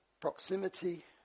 Proximity